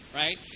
right